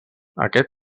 aquest